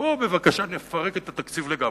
בואו בבקשה נפרק את התקציב לגמרי,